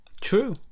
True